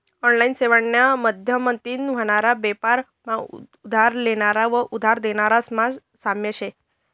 online सेवाना माध्यमतीन व्हनारा बेपार मा उधार लेनारा व उधार देनारास मा साम्य शे